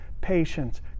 patience